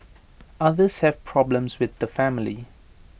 others have problems with the family